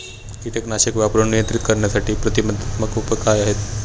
कीटकनाशके वापरून नियंत्रित करण्यासाठी प्रतिबंधात्मक उपाय काय आहेत?